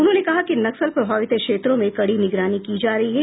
उन्होंने कहा कि नक्सल प्रभावित क्षेत्रों में कड़ी निगरानी की जा रही है